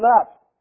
up